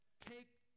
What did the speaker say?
take